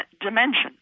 dimension